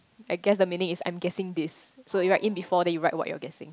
I guess the meaning is I'm guessing this so you write in B four then you write what you're guessing